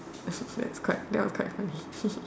that's quite that's quite funny